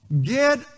get